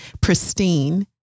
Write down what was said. pristine